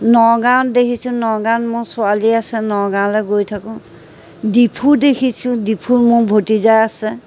নগাঁৱত দেখিছোঁ নগাঁৱত মোৰ ছোৱালী আছে নগাঁৱলৈ গৈ থাকোঁ ডিফু দেখিছোঁ ডিফুত মোৰ ভতিজা আছে